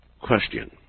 question